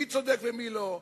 מי צודק ומי לא,